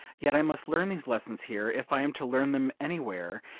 yet i must learn these lessons here, if i am to learn them anywhere,